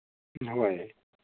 ꯍꯣꯏ